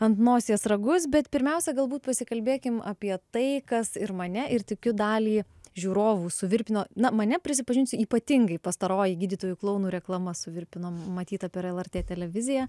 ant nosies ragus bet pirmiausia galbūt pasikalbėkim apie tai kas ir mane ir tikiu dalį žiūrovų suvirpino na mane prisipažinsiu ypatingai pastaroji gydytojų klounų reklama suvirpino matyta per lrt televiziją